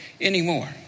anymore